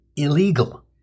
illegal